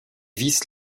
vice